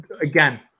again